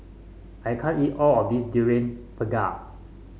I can't eat all of this Durian Pengat